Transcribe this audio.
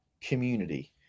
community